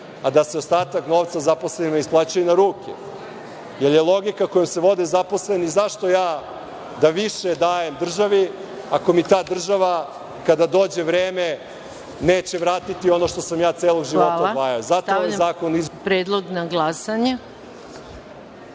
a da se ostatak novca zaposlenima isplaćuje na ruke, jer je logika kojom se vode zaposleni – zašto ja da više dajem državi ako mi ta država kada dođe vreme neće vratiti ono što sam ja celog života odvajao? **Maja Gojković** Hvala. Stavljam predlog na